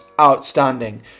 outstanding